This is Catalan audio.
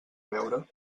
beure